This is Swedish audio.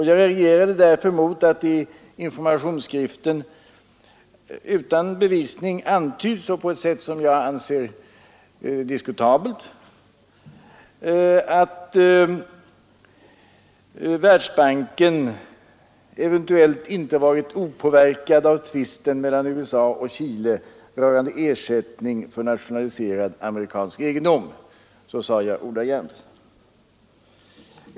Jag reagerade därför mot att det i informationsskriften utan bevisning antyds på ett som jag anser diskutabelt sätt att Världsbanken eventuellt inte varit opåverkad av tvisten mellan USA och Chile rörande ersättning för nationaliserad amerikansk egendom. Så sade jag ordagrant.